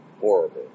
horrible